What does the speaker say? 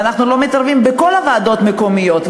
ואנחנו לא מתערבים בכל הוועדות המקומיות,